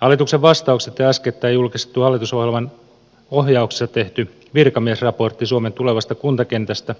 hallituksen vastaukset ja äskettäin julkistettu hallitusohjelman ohjauksessa tehty virkamiesraportti suomen tulevasta kuntakentästä